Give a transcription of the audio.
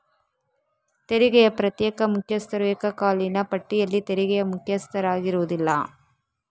ತೆರಿಗೆಯ ಪ್ರತ್ಯೇಕ ಮುಖ್ಯಸ್ಥರು ಏಕಕಾಲೀನ ಪಟ್ಟಿಯಲ್ಲಿ ತೆರಿಗೆಯ ಮುಖ್ಯಸ್ಥರಾಗಿರುವುದಿಲ್ಲ